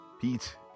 Pete